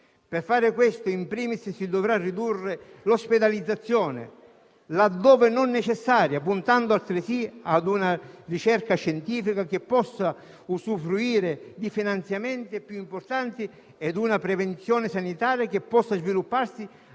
Per fare questo, *in primis*, si dovrà ridurre l'ospedalizzazione, laddove non necessaria, puntando altresì ad una ricerca scientifica, che possa usufruire di finanziamenti più importanti e ad una prevenzione sanitaria che possa svilupparsi